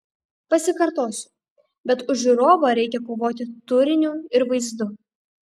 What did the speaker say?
pasikartosiu bet už žiūrovą reikia kovoti turiniu ir vaizdu